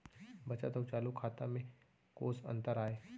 बचत अऊ चालू खाता में कोस अंतर आय?